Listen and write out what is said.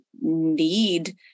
need